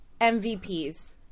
MVPs